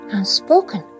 Unspoken